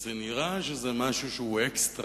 זה נראה שזה משהו שהוא "אקסטרה".